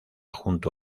junto